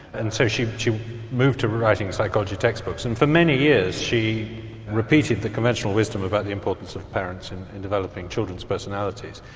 and so she she moved to writing psychology text books and for many years she repeated the conventional wisdom about the importance of parents and in developing children's personalities.